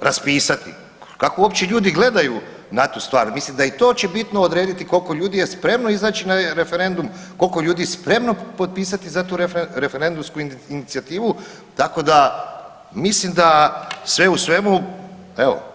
raspisati, kako uopće ljudi gledaju na tu stvar, mislim da i to će bitno odrediti koliko ljudi je spremno izaći na referendum, koliko je ljudi spremno potpisati za tu referendumsku inicijativu, tako da mislim da sve u svemu, evo pola 5.